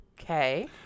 Okay